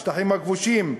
בשטחים הכבושים,